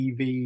EV